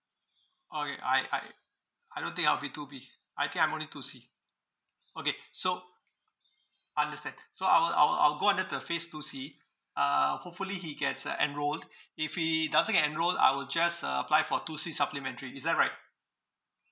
okay I I I don't think I'll be two B I think I'm only two C okay so understand so I will I will I will go and make the phase two C uh hopefully he gets uh enrolled if he doesn't get enrolled I will just uh apply for two C supplementary is that right